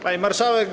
Pani Marszałek!